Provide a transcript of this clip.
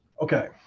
Okay